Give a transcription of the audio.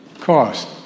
Cost